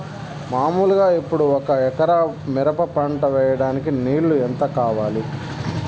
మామూలుగా ఇప్పుడు ఒక ఎకరా మిరప పంట వేయడానికి నీళ్లు ఎంత కావాలి?